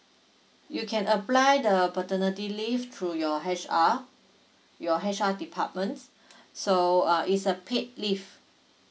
you can apply the paternity leave through your H_R your H_R department so uh is a paid leave